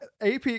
AP